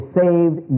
saved